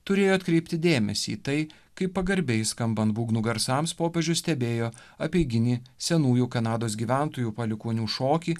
turėjo atkreipti dėmesį į tai kaip pagarbiai skambant būgnų garsams popiežius stebėjo apeiginį senųjų kanados gyventojų palikuonių šokį